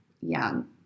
young